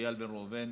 איל בן ראובן,